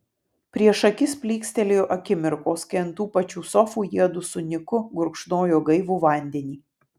prieš akis plykstelėjo akimirkos kai ant tų pačių sofų jiedu su niku gurkšnojo gaivų vandenį